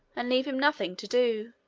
and leave him nothing to do.